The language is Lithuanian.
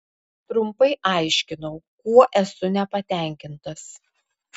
trumpai aiškinau kuo esu nepatenkintas